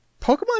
Pokemon